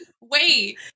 wait